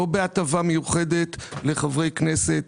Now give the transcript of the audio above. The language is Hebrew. לא בהטבה מיוחדת לחברי כנסת,